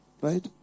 right